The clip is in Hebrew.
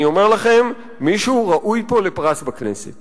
אני אומר לכם, מישהו ראוי פה לפרס בכנסת